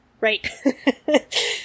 Right